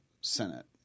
Senate